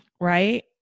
right